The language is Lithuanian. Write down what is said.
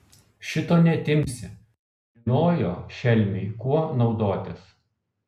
šito neatimsi žinojo šelmiai kuo naudotis